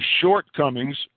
shortcomings